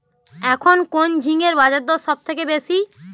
এখন কোন ঝিঙ্গের বাজারদর সবথেকে বেশি?